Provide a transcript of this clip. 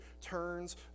turns